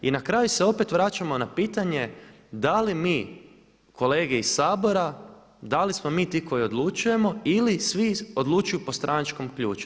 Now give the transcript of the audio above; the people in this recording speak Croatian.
I na kraju se opet vraćamo na pitanje da li mi, kolege iz Sabora, da li smo mi ti koji odlučujemo ili svi odlučuju po stranačkom ključu.